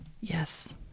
Yes